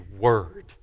word